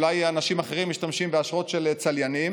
אנשים אחרים אולי משתמשים באשרות של צליינים.